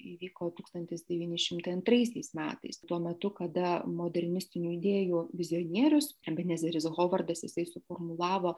įvyko tūkstantis devyni šimtai antraisiais metais tuo metu kada modernistinių idėjų vizionierius nezeris hovardas jisai suformulavo